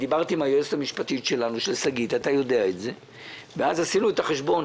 דיברתי עם היועצת המשפטית שלנו שגית ואז עשינו את החשבון,